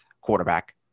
quarterback